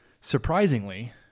surprisingly